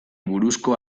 buruzko